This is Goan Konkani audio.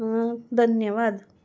धन्यवाद